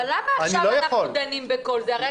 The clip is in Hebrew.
למה עכשיו אנחנו דנים בכל זה?